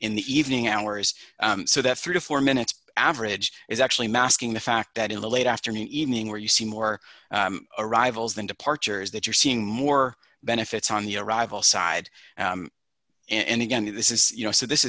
in the evening hours so that three to four minutes average is actually masking the fact that in the late afternoon evening where you see more arrivals and departures that you're seeing more benefits on the arrival side and again this is you know so this